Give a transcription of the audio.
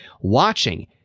watching